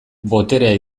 boterea